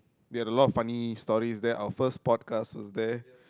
we had a lot of funny stories there our first podcast was there